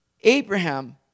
Abraham